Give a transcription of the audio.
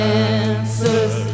answers